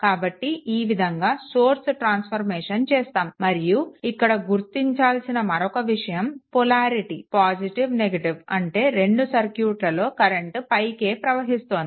కాబట్టి ఈ విధంగా సోర్స్ ట్రాన్స్ఫర్మేషన్ చేస్తాము మరియు ఇక్కడ గుర్తించాల్సిన మరొక విషయం పొలారిటీ ఉంటే రెండు సర్క్యూట్లలో కరెంట్ పైకి ప్రవహిస్తోంది